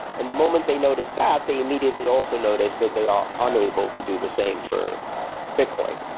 and the moment they noticed that, they immediately also noticed that they are unable to do the same for bitcoin,